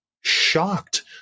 shocked